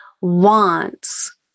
wants